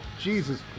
Jesus